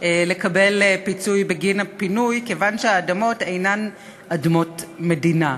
לקבל פיצוי בגין הפינוי כיוון שהאדמות אינן אדמות מדינה.